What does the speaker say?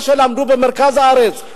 אחרי שלמדו במרכז הארץ,